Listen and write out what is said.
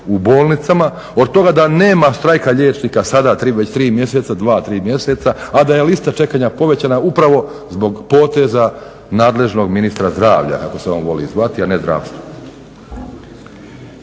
u bolnicama, od toga da nema štrajka sada već tri mjeseca, dva, tri mjeseca, a da je lista čekanja povećana upravo zbog poteza nadležnog ministra zdravlja kako se on voli zvati, a ne zdravstva.